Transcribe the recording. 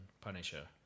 Punisher